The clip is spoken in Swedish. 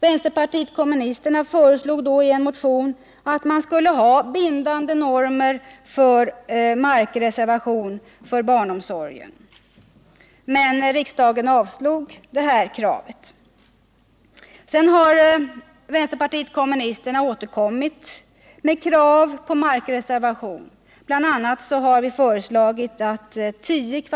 Vänsterpartiet kommunisterna föreslog då i en motion att man skulle ha bindande normer för markreservation för barnomsorgen, men riksdagen avslog detta krav. Sedan har vänsterpartiet kommunisterna återkommit med krav på markre servation. Bl. a. har vi föreslagit att 10 m?